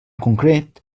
concret